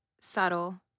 subtle